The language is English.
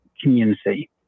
community